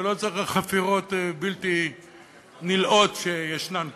ולא צריך חפירות בלתי נלאות שישנן כאן.